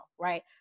right